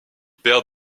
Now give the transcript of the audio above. perd